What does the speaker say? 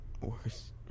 worse